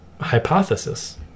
hypothesis